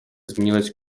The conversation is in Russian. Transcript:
изменилась